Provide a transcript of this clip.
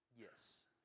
Yes